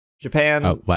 Japan